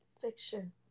Fiction